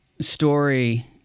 story